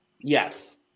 yes